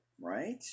right